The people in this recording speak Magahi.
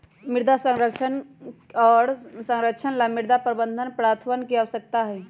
मृदा संसाधन के संरक्षण और संरक्षण ला मृदा प्रबंधन प्रथावन के आवश्यकता हई